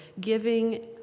giving